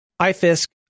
iFisk